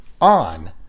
on